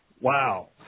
Wow